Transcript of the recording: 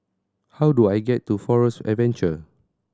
how do I get to Forest Adventure